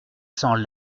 sans